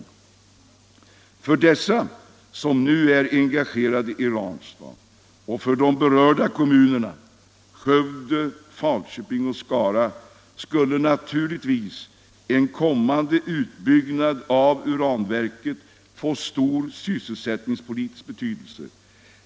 För dessa, som nu är engagerade i Ranstad, och för de berörda kommunerna Skövde, Falköping och Skara skulle naturligtvis en kommande utbyggnad av uranverket få stor sysselsättningspolitisk betydelse.